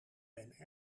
ben